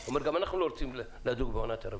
הוא אמר: גם אנחנו לא רוצים לדוג בעונת הרבייה.